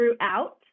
throughout